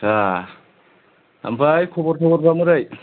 आटसा ओमफाय खबर सबरफ्रा मोरै